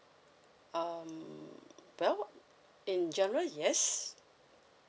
um well in general yes